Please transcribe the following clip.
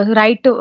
right